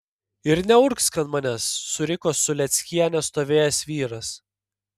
ir neurgzk ant manęs suriko su lėckiene stovėjęs vyras